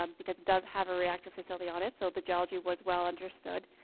um because it does have a reactor facility on it. so the geology was well understood,